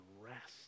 rest